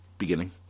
beginning